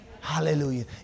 Hallelujah